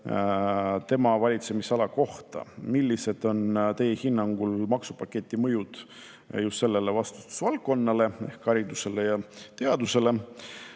tema valitsemisala kohta. Millised on tema hinnangul maksupaketi mõjud just sellele vastutusvaldkonnale ehk haridusele ja teadusele?